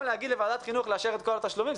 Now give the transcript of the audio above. להגיד לוועדת החינוך לאשר את כל התשלומים,